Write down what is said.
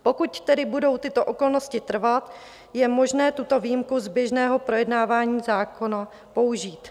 Pokud tedy budou tyto okolnosti trvat, je možné tuto výjimku z běžného projednávání zákona použít.